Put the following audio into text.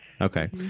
Okay